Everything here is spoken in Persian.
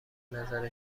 نظر